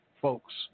folks